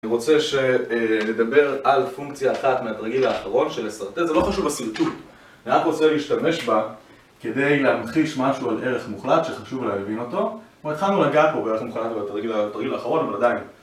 אני רוצה שנדבר על פונקציה אחת מהתרגיל האחרון של לסרטט, זה לא חשוב בסרטוט אני רק רוצה להשתמש בה כדי להמחיש משהו על ערך מוחלט שחשוב להבין אותו. כבר התחלנו לגעת בערך מוחלט בתרגיל האחרון אבל עדיין